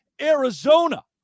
Arizona